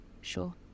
Sure